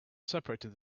separated